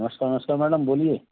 नमस्कार नमस्कार मैडम बोलिए